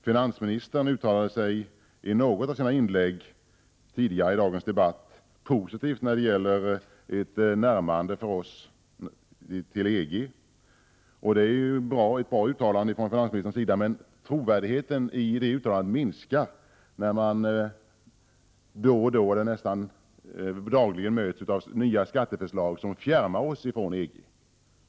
Finansministern uttalade sig i något av sina tidigare inlägg i dagens debatt positivt när det gäller ett svenskt närmande till EG. Det är ett bra uttalande från finansministern, men trovärdigheten i det uttalandet minskar när vi nästan dagligen möts av nya skatteförslag som fjärmar oss från EG.